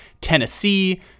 Tennessee